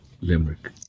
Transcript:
Limerick